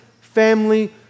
family